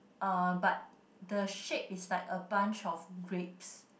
uh but the shape is like a bunch of grapes